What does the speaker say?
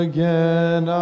Again